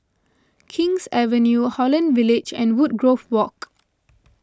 King's Avenue Holland Village and Woodgrove Walk